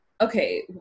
okay